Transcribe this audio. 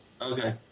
Okay